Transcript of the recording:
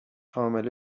حامله